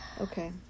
Okay